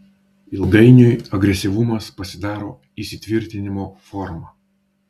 ilgainiui agresyvumas pasidaro įsitvirtinimo forma